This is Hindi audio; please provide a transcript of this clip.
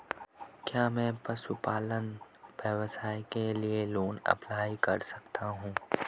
क्या मैं पशुपालन व्यवसाय के लिए लोंन अप्लाई कर सकता हूं?